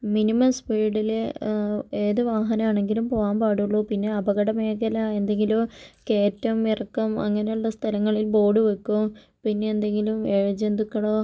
minimum സ്പീഡിൽ ഏത് വാഹനം ആണെങ്കിലും പോകാൻ പാടുള്ളൂ പിന്നെ അപകട മേഖല എന്തെങ്കിലും കേറ്റം ഇറക്കം അങ്ങനെയുള്ള സ്ഥലങ്ങളിൽ ബോർഡ് വെക്കും പിന്നെ എന്തെങ്കിലും ഇഴജന്തുക്കളോ